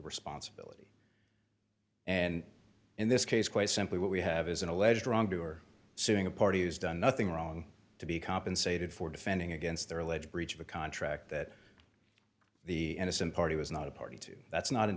responsibility and in this case quite simply what we have is an alleged wrongdoer suing a party who's done nothing wrong to be compensated for defending against their alleged breach of a contract that the innocent party was not a party to that's not